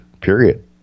period